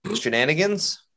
shenanigans